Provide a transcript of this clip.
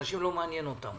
אנשים לא מעניין אותם.